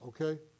okay